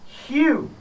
Huge